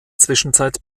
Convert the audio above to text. zwischenzeit